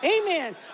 Amen